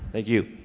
thank you.